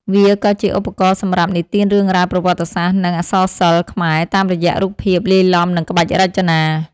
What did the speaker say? វាក៏ជាឧបករណ៍សម្រាប់និទានរឿងរ៉ាវប្រវត្តិសាស្ត្រ និងអក្សរសិល្ប៍ខ្មែរតាមរយៈរូបភាពលាយឡំនឹងក្បាច់រចនា។